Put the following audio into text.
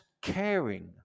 caring